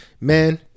Man